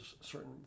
certain